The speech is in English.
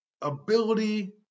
ability